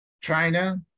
China